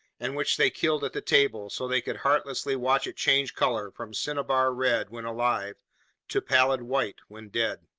and which they killed at the table, so they could heartlessly watch it change color from cinnabar red when alive to pallid white when dead.